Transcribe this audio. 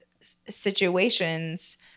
situations